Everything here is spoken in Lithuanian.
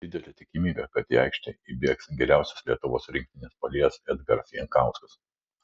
didelė tikimybė kad į aikštę įbėgs geriausias lietuvos rinktinės puolėjas edgaras jankauskas